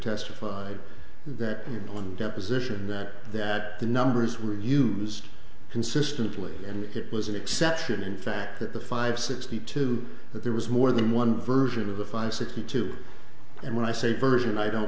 testified that on deposition that that the numbers were used consistently and it was an exception in fact that the five sixty two that there was more than one version of the five sixty two and when i say version i don't